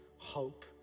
Hope